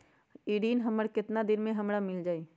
ऋण हमर केतना दिन मे हमरा मील जाई?